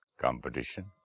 competition